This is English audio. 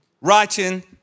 writing